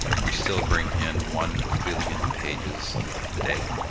we still bring in one billion pages a day,